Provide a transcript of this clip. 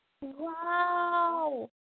Wow